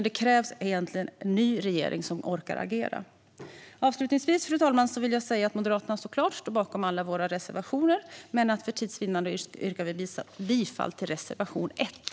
Det krävs en ny regering som orkar agera. Avslutningsvis, fru talman, vill jag säga att vi i Moderaterna såklart står bakom alla våra reservationer, men för tids vinnande yrkar jag bifall endast till reservation 1.